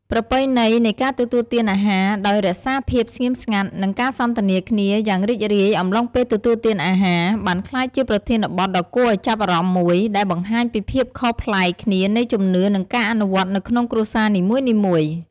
ប្រពៃណីនៃការទទួលទានអាហារដោយរក្សាភាពស្ងៀមស្ងាត់ និងការសន្ទនាគ្នាយ៉ាងរីករាយអំឡុងពេលទទួលទានអាហារ បានក្លាយជាប្រធានបទដ៏គួរឱ្យចាប់អារម្មណ៍មួយ ដែលបង្ហាញពីភាពខុសប្លែកគ្នានៃជំនឿ និងការអនុវត្តនៅក្នុងគ្រួសារនីមួយៗ។